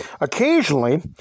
Occasionally